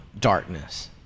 darkness